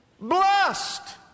Blessed